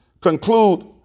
conclude